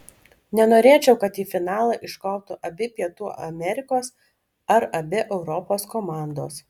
nenorėčiau kad į finalą iškoptų abi pietų amerikos ar abi europos komandos